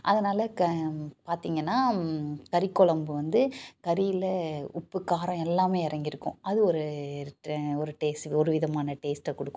அதனால க பார்த்திங்கன்னா கறிக் கொழம்பு வந்து கறியில் உப்பு காரம் எல்லாமே இறங்கிருக்கும் அது ஒரு ட் ஒரு டேஸ்ட்டு ஒரு விதமான டேஸ்ட்டை கொடுக்கும்